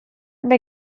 mir